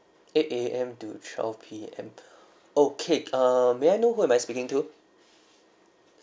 eight A_M to twelve P_M okay err may I know who am I speaking to